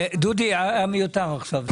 דודי, זה מיותר עכשיו.